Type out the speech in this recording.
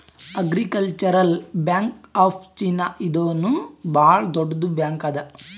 agricultural bank of China ಇದೂನು ಭಾಳ್ ದೊಡ್ಡುದ್ ಬ್ಯಾಂಕ್ ಅದಾ